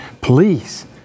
please